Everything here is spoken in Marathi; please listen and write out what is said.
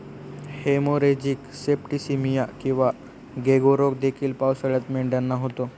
हेमोरेजिक सेप्टिसीमिया किंवा गेको रोग देखील पावसाळ्यात मेंढ्यांना होतो